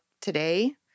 Today